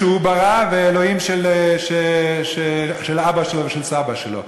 אלוהים שהוא ברא ואלוהים של אבא שלו ושל סבא שלו.